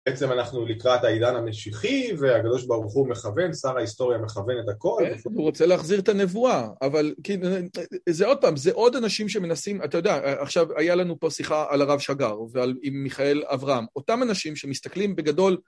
בעצם אנחנו לקראת העידן המשיחי, והקדוש ברוך הוא מכוון, שר ההיסטוריה מכוון את הכל. הוא רוצה להחזיר את הנבואה, אבל זה עוד פעם, זה עוד אנשים שמנסים, אתה יודע, עכשיו, היה לנו פה שיחה על הרב שגר ועם מיכאל אברהם, אותם אנשים שמסתכלים בגדול...